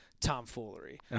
tomfoolery